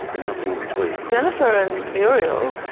and nothing in between. jennifer and muriel,